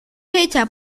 hecha